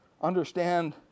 understand